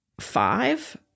five